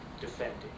defending